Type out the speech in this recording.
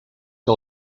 que